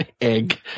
Egg